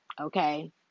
okay